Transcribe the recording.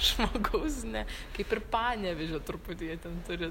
žmogaus ne kaip ir panevėžio truputį jie ten turi